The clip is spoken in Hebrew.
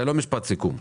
זה לא משפט סיכום.